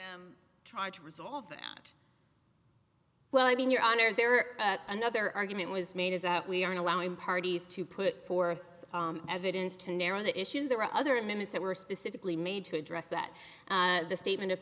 at try to resolve that well i mean your honor there another argument was made is that we aren't allowing parties to put forth evidence to narrow the issues there are other minutes that were specifically made to address that the statement of